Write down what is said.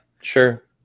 Sure